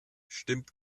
stimmt